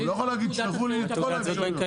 הוא לא יכול להגיד: שלחו לי בכל האפשרויות,